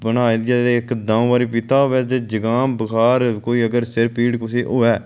बनाइयै ते एक दो बारी पीता दा होऐ ते जकाम बुखार कोई अगर सिर पीड़ कुसै गी अगर होऐ